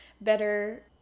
better